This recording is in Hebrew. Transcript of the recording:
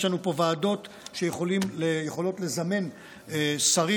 יש לנו פה ועדות שיכולות לזמן שרים,